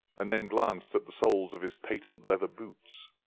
and then glanced at the soles of his patent leather boots.